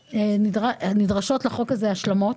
נדרשות לחוק הזה השלמות